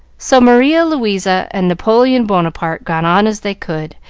so maria louisa and napoleon bonaparte got on as they could,